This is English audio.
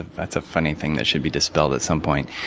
that's a funny thing that should be dispelled at some point.